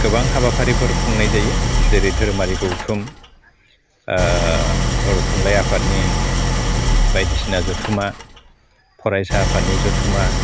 गोबां हाबाफारिफोर खुंनाय जायो जेरै धोरोमारि गौथुम बर' थुनलाइ आफादनि बायदिसिना जथुमा फरायसा आफादनि जथुमा